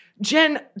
Jen